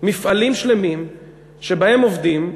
מפעלים שלמים שבהם עובדים,